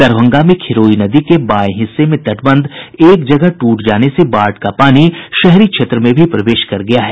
दरभंगा में खिरोई नदी के बायें हिस्से में तटबंध एक जगह ट्रट जाने से बाढ़ का पानी शहरी क्षेत्र में भी प्रवेश कर गया है